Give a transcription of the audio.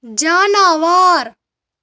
جاناوار